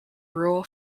rural